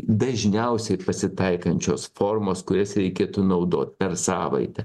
dažniausiai pasitaikančios formos kurias reikėtų naudot per savaitę